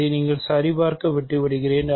இதை நீங்கள் சரிபார்க்க விட்டுவிடுவேன்